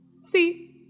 See